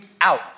out